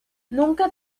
nunca